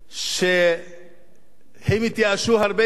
שהם התייאשו הרבה לפנינו.